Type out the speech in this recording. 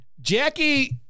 Jackie